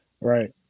right